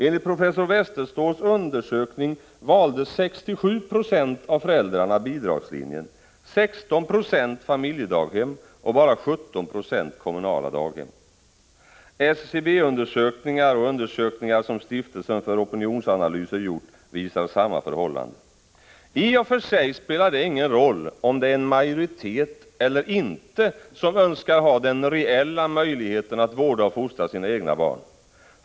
Enligt professor Westerståhls undersökning valde 67 90 av föräldrarna bidragslinjen, 16 96 familjedaghem och bara 17 26 kommunala daghem. SCB undersökningar och undersökningar som Stiftelsen för Opinionsanalyser gjort visar samma förhållande. I och för sig spelar det ingen roll om det är en majoritet eller inte som önskar ha den reella möjligheten att vårda och fostra sina egna barn.